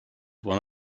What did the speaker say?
one